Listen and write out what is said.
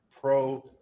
Pro